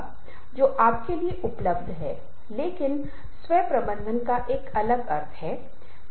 मान लीजिए मैं अपने समकालीनों अपने साथियों अपने दोस्तों के लिए यह प्रस्तुति दे रहा हूं जो इस क्षेत्र में हैं शायद मेरी प्रस्तुति बहुत अलग होगी